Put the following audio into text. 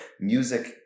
music